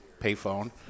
payphone